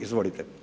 Izvolite.